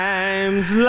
Times